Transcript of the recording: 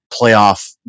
playoff